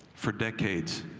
for decades,